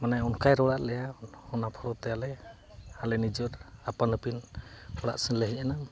ᱢᱟᱱᱮ ᱚᱱᱠᱟᱭ ᱨᱚᱲᱟᱫ ᱞᱮᱭᱟ ᱚᱱᱟ ᱯᱷᱞᱳ ᱛᱮ ᱟᱞᱮ ᱟᱞᱮ ᱱᱤᱡᱮᱨ ᱟᱯᱟᱱ ᱟᱹᱯᱤᱱ ᱚᱲᱟᱜ ᱥᱮᱱ ᱞᱮ ᱦᱮᱡ ᱮᱱᱟ